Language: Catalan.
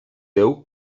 déu